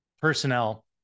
personnel